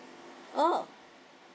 oh